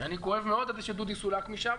שאני כואב מאוד את זה שדודי סולק משם,